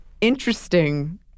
interesting